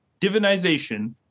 divinization